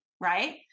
Right